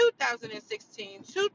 2016